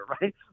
right